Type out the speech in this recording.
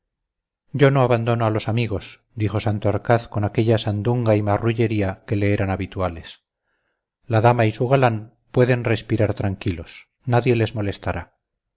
yo no abandono a los amigos dijo santorcaz con aquella sandunga y marrullería que le eran habituales la dama y su galán pueden respirar tranquilos nadie les molestará